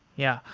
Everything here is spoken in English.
yeah.